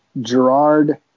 Gerard